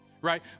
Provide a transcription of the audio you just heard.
right